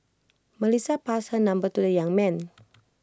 Melissa passed her number to the young man